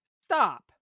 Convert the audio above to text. stop